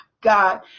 God